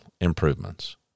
improvements